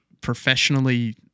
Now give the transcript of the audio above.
professionally